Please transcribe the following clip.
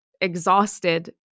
exhausted